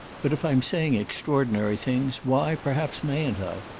but if i'm saying extraordinary things, why, perhaps, mayn't i?